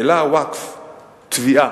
העלה הווקף תביעה,